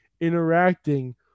interacting